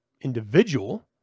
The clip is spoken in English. individual